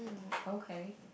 okay